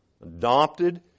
adopted